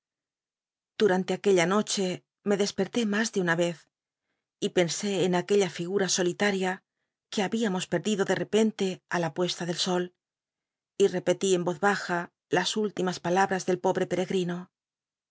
durante aquella noche me desperté mas de una vez y pensé en aquella figura solilaria que habíamos perdido de repen te á la puesta del sol y repelí en voz baja las últimas palabras del pobre pcrcgrino